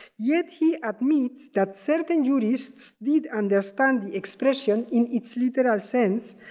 yet, he admits that certain jurists did understand the expression in its literal sense,